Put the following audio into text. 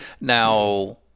Now